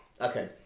Okay